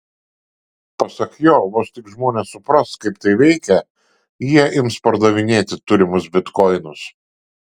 pasak jo vos tik žmonės supras kaip tai veikia jie ims pardavinėti turimus bitkoinus